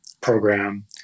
program